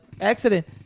accident